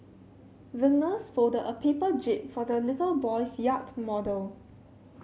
the nurse folded a paper jib for the little boy's yacht model